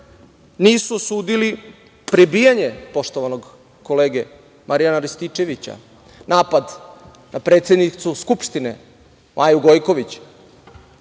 nisu osudili prebijanje poštovanog kolege Marijana Rističevića, napad na predsednicu Skupštine Maju Gojković,